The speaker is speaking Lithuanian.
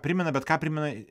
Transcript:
primena bet ką primena